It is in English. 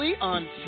on